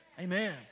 Amen